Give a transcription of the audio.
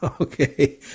Okay